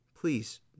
please